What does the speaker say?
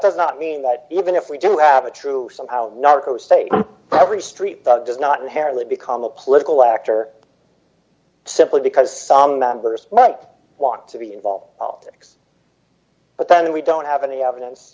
does not mean that even if we do have a true somehow narco state every street does not inherently become a political actor simply because some members money want to be involved politics but then we don't have any evidence